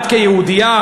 את כיהודייה,